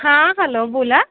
हा हॅलो बोला